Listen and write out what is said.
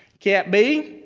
cat b,